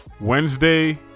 Wednesday